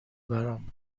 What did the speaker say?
برام